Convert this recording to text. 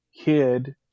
kid